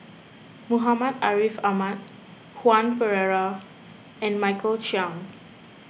Muhammad Ariff Ahmad Joan Pereira and Michael Chiang